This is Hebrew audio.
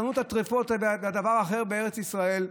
חנות הטרפות והדבר האחר בארץ ישראל,